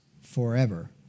forever